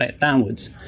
downwards